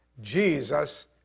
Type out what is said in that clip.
Jesus